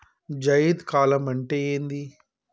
జైద్ కాలం అంటే ఏంది?